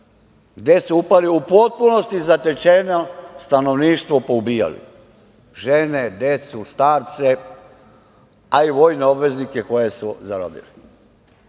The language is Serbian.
gde su upali u potpunosti zatečeno stanovništvo poubijali, žene , decu, starce, a i vojne obveznike koje su zarobile. Prema